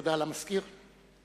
הודעה למזכיר הכנסת.